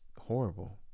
horrible